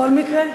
בכל מקרה?